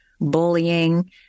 bullying